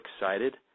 excited